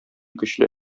көчле